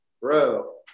Bro